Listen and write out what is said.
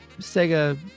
Sega